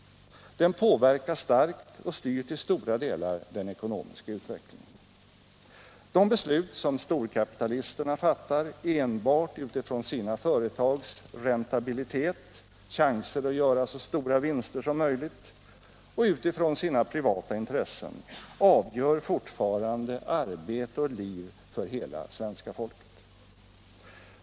Den påverkar starkt och styr till stora delar den ekonomiska utvecklingen. De beslut som storkapitalisterna fattar enbart med utgångspunkt i sina företags räntabilitet — chanser att göra så stora vinster som möjligt — och i sina privata intressen avgör arbete och liv för hela svenska folket.